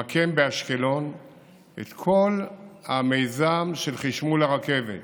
למקם באשקלון את כל מיזם חשמול הרכבת.